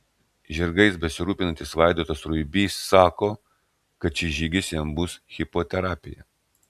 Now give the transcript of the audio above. žirgais besirūpinantis vaidotas ruibys sako kad šis žygis jam bus hipoterapija